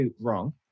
wrong